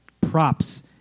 props